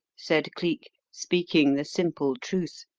said cleek, speaking the simple truth.